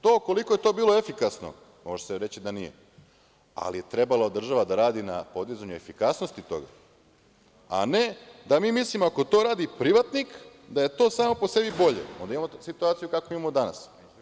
To koliko je to bilo efikasno, može se reći da nije, ali je trebala država da radi na efikasnosti toga, a ne da mi mislimo, ako to radi privatnik, da je to samo po sebi bolje, onda imamo situaciju kakvu imamo danas.